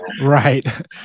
right